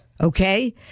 Okay